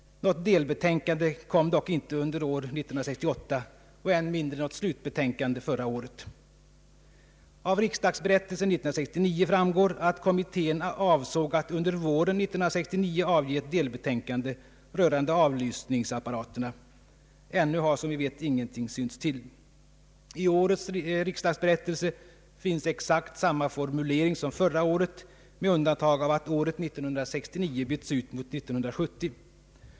Något delbetänkande kom dock inte under 1968 och än mindre något slutbetänkande förra året. Av riksdagsberättelsen 1969 framgår att kommittén avsåg att under våren 1969 avge ett delbetänkande rörande avlyssningsapparaterna. Ännu «har dock, som vi vet, ingenting synts till. I årets riksdagsberättelse finns exakt samma formulering som förra året med undantag av att året 1969 bytts ut mot 1970.